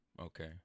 Okay